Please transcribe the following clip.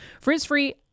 Frizz-free